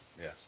Yes